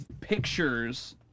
pictures